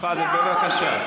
שחאדה, בבקשה.